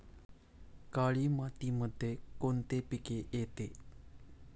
काळी मातीमध्ये कोणते पिके येते?